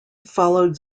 followed